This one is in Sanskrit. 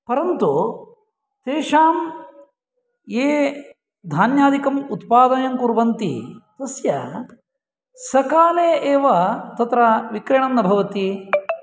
परन्तु तेषां ये धान्यादिकम् उत्पादनं कुर्वन्ति तस्य सकाले एव तत्र विक्रयणं न भवति